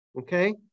okay